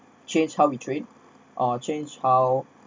change how we train uh change how